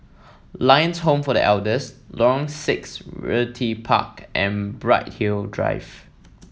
Lions Home for The Elders Lorong Six Realty Park and Bright Hill Drive